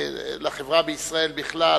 לחברה בישראל בכלל